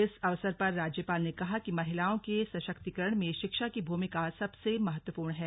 इस अवसर पर राज्यपाल ने कहा कि महिलाओं के सशक्तिकरण में शिक्षा की भूमिका सबसे महत्वपूर्ण है